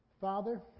Father